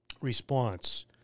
response